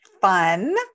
fun